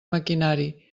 maquinari